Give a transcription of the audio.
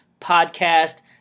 podcast